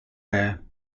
there